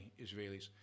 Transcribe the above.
Israelis